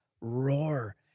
roar